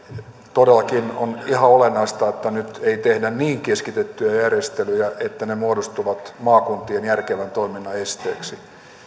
todellakin on ihan olennaista että nyt ei tehdä niin keskitettyjä järjestelyjä että ne muodostuvat maakuntien järkevän toiminnan esteeksi